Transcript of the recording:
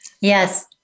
Yes